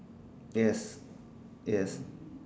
yes yes